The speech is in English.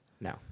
No